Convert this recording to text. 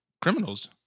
criminals